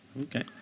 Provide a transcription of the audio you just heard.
Okay